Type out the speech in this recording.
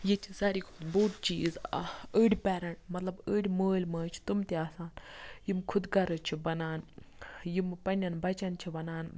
ییٚتہِ چھُ ساروی کھۄتہٕ بوٚڈ چیٖز اکھ أڈۍ پیرنٹ مَطلَب أڈۍ مٲلۍ مٲجہِ چھِ تِم تہِ آسان یِم خود غرٕض چھِ بَنان یِم پننٮ۪ن بَچَن چھِ وَنان